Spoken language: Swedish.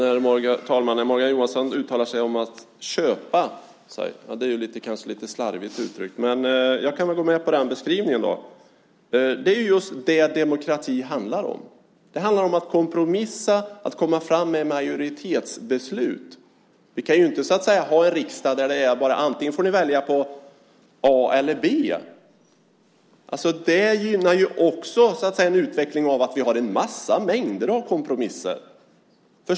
Fru talman! Morgan Johansson uttalar sig om att "köpa". Det kanske är lite slarvigt uttryckt, men jag kan gå med på den beskrivningen. Det är just det demokrati handlar om. Det handlar om att kompromissa, att komma fram till ett majoritetsbeslut. Vi kan inte ha en riksdag där vi bara har att välja mellan A och B. Det gynnar en utveckling av att vi har mängder av kompromisser.